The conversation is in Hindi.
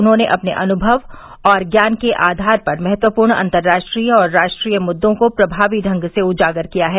उन्होंने अपने अनुभव और ज्ञान के आघार पर महत्वपूर्ण अतंर्राष्ट्रीय और राष्ट्रीय मुद्दों को प्रमावी ढंग से उजागर किया है